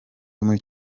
muri